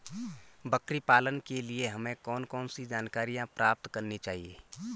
बकरी पालन के लिए हमें कौन कौन सी जानकारियां प्राप्त करनी चाहिए?